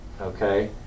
okay